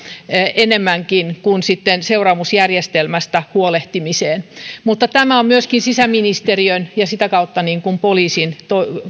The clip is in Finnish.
enemmänkin kuin sitten seuraamusjärjestelmästä huolehtimiseen mutta tämä on myöskin sisäministeriön ja sitä kautta poliisin